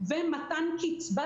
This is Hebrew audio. וזה גם נכון